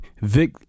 Vic